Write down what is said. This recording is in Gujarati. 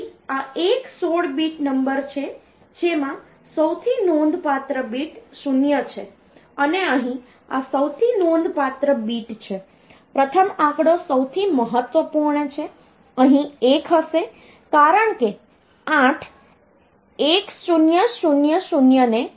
તેથી આ એક 16 બીટ નંબર છે જેમાં સૌથી નોંધપાત્ર બીટ 0 છે અને અહીં આ સૌથી નોંધપાત્ર બીટ છે પ્રથમ આંકડો સૌથી મહત્વપૂર્ણ છે અહીં 1 હશે કારણ કે 8 1000 ને 4 શૂન્ય દ્વારા રજૂ કરશે